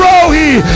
Rohi